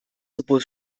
sowohl